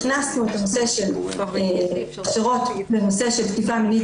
הכנסנו הכשרות בנושא של תקיפה מינית